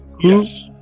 Yes